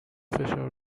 فشار